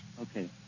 Okay